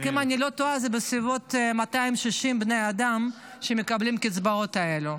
אם אני לא טועה זה בסביבות 260 בני אדם שמקבלים את הקצבאות האלו.